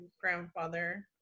grandfather